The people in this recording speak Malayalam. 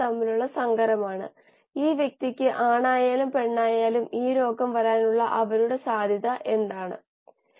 അതിനാൽ ഒരു നിശ്ചിത തന്മാത്രയ്ക്ക് നൽകിയിട്ടുള്ള ഒരു സംഖ്യയേക്കാൾ കൂടുതലാണ് ഇത്